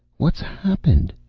what's happened?